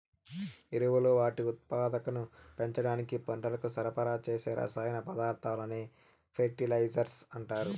ఎరువులు వాటి ఉత్పాదకతను పెంచడానికి పంటలకు సరఫరా చేసే రసాయన పదార్థాలనే ఫెర్టిలైజర్స్ అంటారు